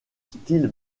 style